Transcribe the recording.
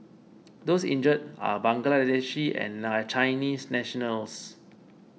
those injured are Bangladeshi and Chinese nationals